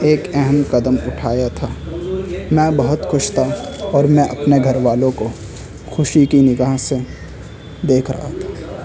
ایک اہم قدم اٹھایا تھا میں بہت خوش تھا اور میں اپنا گھر والوں کو خوشی کی نگاہ سے دیکھ رہا تھا